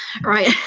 right